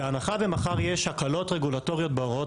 בהנחה ומחר יש הקלות רגולטוריות בהוראות